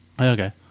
Okay